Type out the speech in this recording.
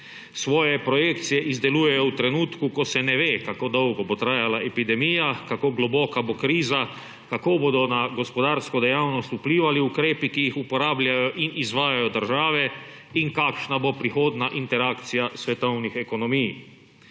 Svoje projekcije izdelujejo v trenutku, ko se ne ve, kako dolgo bo trajala epidemija, kako globoka bo kriza, kako bodo na gospodarsko dejavnost vplivali ukrepi, ki jih uporabljajo in izvajajo države, in kakšna bo prihodnja interakcija svetovnih ekonomij.